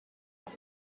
ati